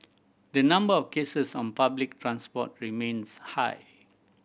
the number of cases on public transport remains high